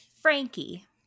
Frankie